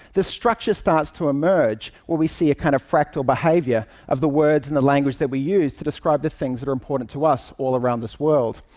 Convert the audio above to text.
the structure starts to emerge where we see a kind of fractal behavior of the words and the language that we use to describe the things that are important to us all around this world.